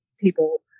people